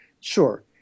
Sure